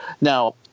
now